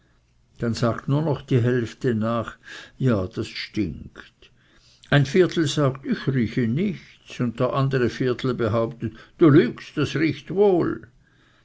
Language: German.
dann sagt nur noch die hälfte nach ja das stinkt ein viertel sagt ich rieche nichts und der andere viertel behauptet gar du lügst das riecht wohl